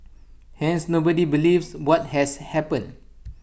hence nobody believes what has happened